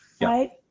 right